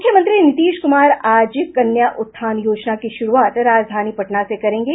मुख्यमंत्री नीतीश कुमार आज कन्या उत्थान योजना की शुरूआत राजधानी पटना से करेंगे